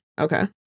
okay